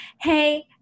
hey